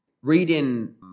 Reading